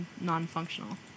non-functional